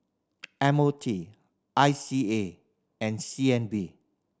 M O T I C A and C N B